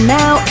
now